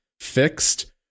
fixed